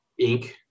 Inc